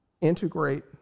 integrate